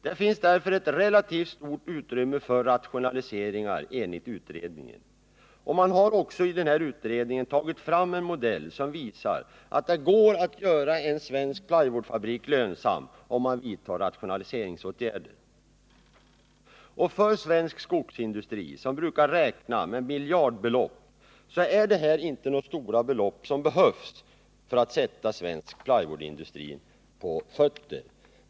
Det finns därför ett relativt stort utrymme för rationaliseringar enligt utredningen, och den har också tagit fram en modell som visar, att det går att göra en svensk plywoodfabrik lönsam om man vidtar rationaliseringsåtgärder. För svensk skogsindustri, som brukar räkna med miljardbelopp, är det inte några stora summor som behövs för att sätta plywoodindustrin på fötter.